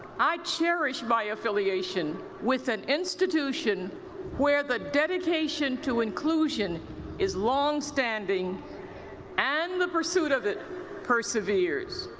i cherish my affiliation with an institution where the dedication to inclusion is long-standing and the pursuit of it perseveres.